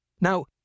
Now